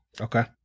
okay